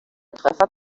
treffer